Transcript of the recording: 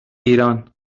ایران